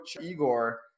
igor